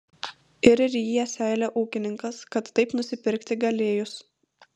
ir ryja seilę ūkininkas kad taip nusipirkti galėjus